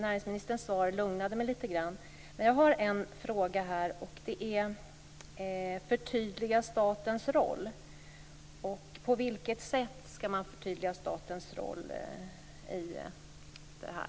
Näringsministerns svar lugnade mig lite grann. Men jag har en fråga: På vilket sätt skall man förtydliga statens roll i det här?